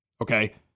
Okay